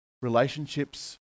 relationships